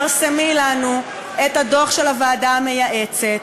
פרסמי לנו את הדוח של הוועדה המייעצת,